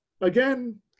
again